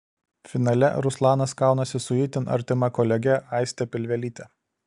finale ruslanas kaunasi su itin artima kolege aiste pilvelyte